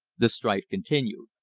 the strife continued.